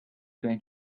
going